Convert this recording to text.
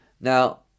Now